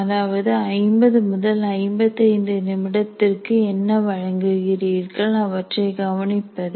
அதாவது 50 முதல் 55 நிமிடத்திற்கு என்ன வழங்குகிறீர்கள் அவற்றை கவனிப்பது